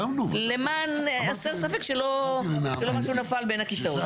למען הסר ספק שלא משהו נפל בן הכיסאות.